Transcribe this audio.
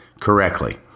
correctly